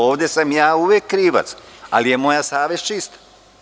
Ovde sam uvek krivac, ali je moja savest čista.